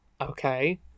Okay